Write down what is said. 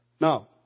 Now